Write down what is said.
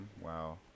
Wow